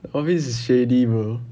the office is shady bro